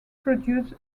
produce